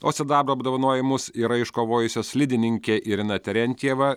o sidabro apdovanojimus yra iškovojusi slidininkė irina terentjeva